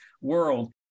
world